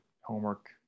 homework